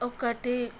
ఒకటి